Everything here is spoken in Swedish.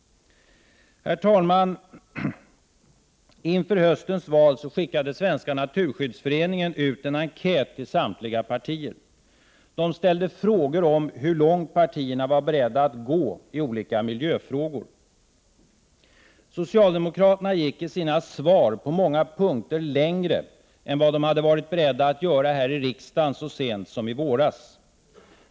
Herr talman! Inför höstens val skickade Svenska naturskyddsföreningen ut en enkät till samtliga partier. Den ställde frågor om hur långt partierna var beredda att gå i olika miljöfrågor. Socialdemokraterna gick i sina svar på många punkter längre än vad de hade varit beredda att göra här i riksdagen så sent som i våras.